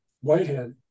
Whitehead